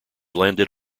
landed